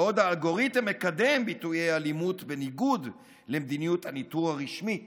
בעוד האלגוריתם מקדם ביטויי אלימות בניגוד למדיניות הניתור הרשמית